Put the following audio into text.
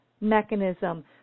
mechanism